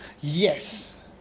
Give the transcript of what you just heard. Yes